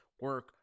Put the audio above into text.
Work